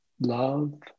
love